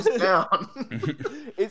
down